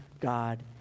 God